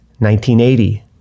1980